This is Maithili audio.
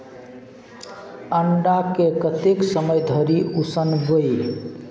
अण्डाकेँ कतेक समय धरि उसनबै